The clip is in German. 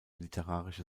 literarische